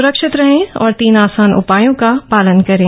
सुरक्षित रहें और तीन आसानउपायों का पालन करें